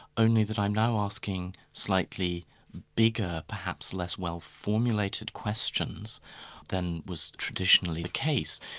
only that i'm now asking slightly bigger, perhaps less well-formulated questions than was traditionally the case.